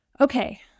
okay